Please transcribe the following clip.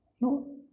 No